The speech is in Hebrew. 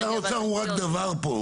לא, שר האוצר הוא רק דבר פה.